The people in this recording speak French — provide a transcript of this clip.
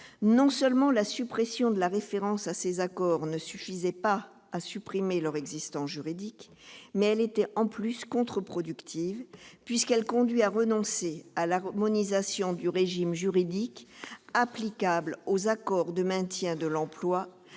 non seulement la suppression de la référence à ces accords ne suffisait pas à supprimer leur existence juridique, mais elle était, en plus, contre-productive puisqu'elle conduit à renoncer à l'harmonisation du régime juridique applicable aux accords de maintien de l'emploi